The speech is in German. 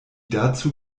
dazu